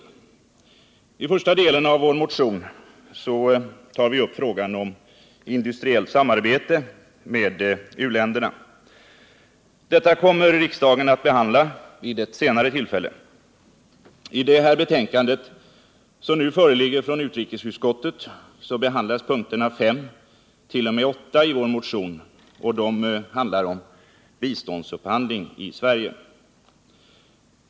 I den första delen av vår motion tar vi upp frågan om industriellt samarbete med u-länderna. Detta kommer riksdagen att behandla vid ett senare tillfälle. I det betänkande som nu föreligger från utrikesutskottet behandlas punkterna 5-8 i motionen, och de handlar om biståndsupphandling i Sverige.